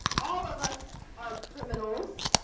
all of us are criminals.